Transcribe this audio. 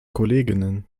kolleginnen